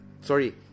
sorry